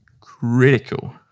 critical